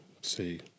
See